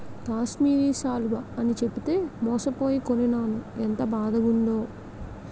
కాశ్మీరి శాలువ అని చెప్పితే మోసపోయి కొనీనాను ఎంత బాదగుందో